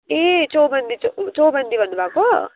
ए चौबन्दी चो चौबन्दी भन्नुभएको